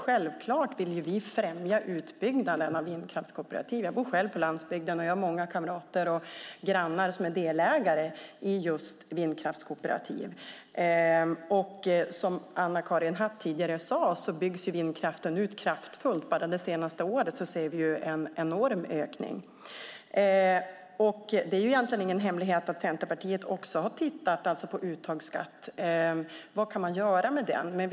Självklart vill vi främja utbyggnaden av vindkraftskooperativ. Jag bor på landsbygden, och jag har många kamrater och grannar som är delägare i vindkraftskooperativ. Som Anna-Karin Hatt sade byggs vindkraften ut rejält. Bara det senaste året har vi sett en enorm ökning. Det är ingen hemlighet att Centerpartiet har tittat på vad man kan göra med uttagsskatten.